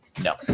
No